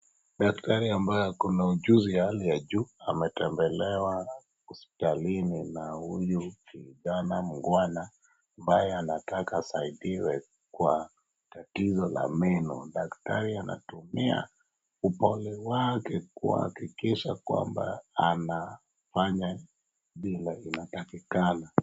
Daktari ambaye ako na ujuzi ya hali ya juu ametembelewa hospitalini na huyu kijana mgwana ambaye anataka asaidiwe kwa tatizo la meno. Daktari anatumia upole wake kuhakikisha kwamba anafanya vile inatakikana.